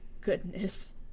goodness